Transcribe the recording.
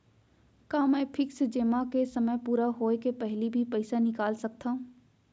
का मैं फिक्स जेमा के समय पूरा होय के पहिली भी पइसा निकाल सकथव?